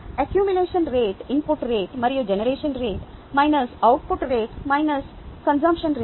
accumulation rate input rate మరియు generation rate minus output rate minus consumption rate